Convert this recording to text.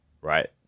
right